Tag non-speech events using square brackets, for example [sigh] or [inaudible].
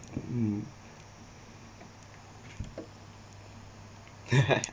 um [laughs]